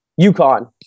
UConn